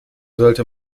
sollte